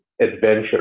adventure